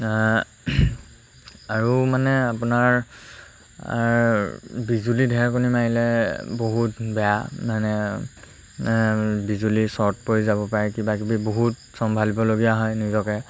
আৰু মানে আপোনাৰ বিজুলী ঢেৰেকণি মাৰিলে বহুত বেয়া মানে মানে বিজুলী চৰ্ট পৰি যাব পাৰে কিবাকিবি বহুত চম্ভালিবলগীয়া হয় নিজকে